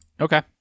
Okay